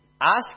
ask